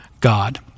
God